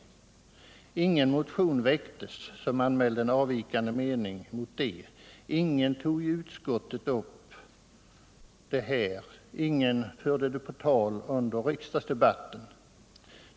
Det väcktes ingen motion, där man anmälde avvikande mening på den punkten. Ingen tog upp frågan i utskottet och ingen förde den på tal under riksdagsdebatten.